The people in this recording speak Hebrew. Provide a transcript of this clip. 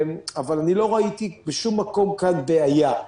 אבל אני לא ראיתי בשום מקום כאן בעיה.